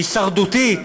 הישרדותית,